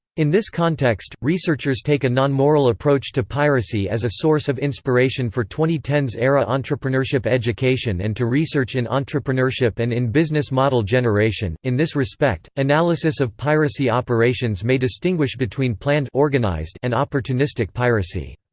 in this context, researchers take a nonmoral approach to piracy as a source of inspiration for twenty ten s era entrepreneurship education and to research in entrepreneurship and in business-model generation in this respect, analysis of piracy operations may distinguish between planned and opportunistic piracy.